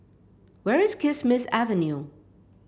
where is Kismis Avenue